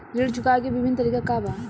ऋण चुकावे के विभिन्न तरीका का बा?